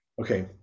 Okay